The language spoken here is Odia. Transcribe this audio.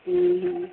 ହୁଁ ହୁଁ